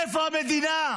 איפה המדינה?